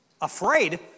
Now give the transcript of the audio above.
afraid